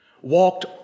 walked